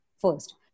First